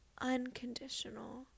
unconditional